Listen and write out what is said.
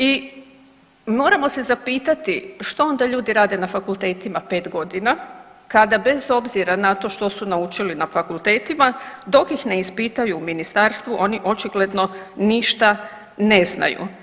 I moramo se zapitati što onda ljudi rade na fakultetima pet godina kada bez obzira na to što su naučili na fakultetima dok ih ne ispitaju u ministarstvu oni očigledno ništa ne znaju?